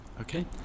Okay